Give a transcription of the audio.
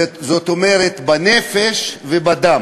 זאת אומרת: בנפש ובדם